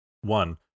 One